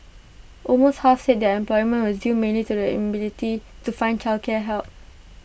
almost half said their unemployment was due mainly to the inability to find childcare help